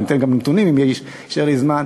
אני גם אתן את הנתונים אם יישאר לי זמן,